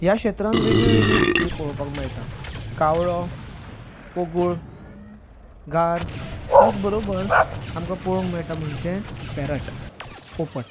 ह्या क्षेत्रान वेगळी वेगळीं सुकणी पळोवपाक मेळटां कावळो कोगुळ घार त्याच बरेबर आमकां पळोवंक मेळटा म्हणचे पेरट पोपट